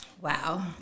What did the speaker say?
Wow